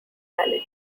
valid